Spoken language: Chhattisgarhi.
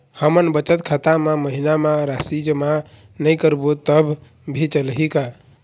हमन बचत खाता मा महीना मा राशि जमा नई करबो तब भी चलही का?